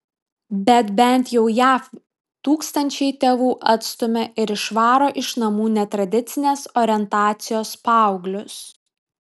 bet bent jau jav tūkstančiai tėvų atstumia ir išvaro iš namų netradicinės orientacijos paauglius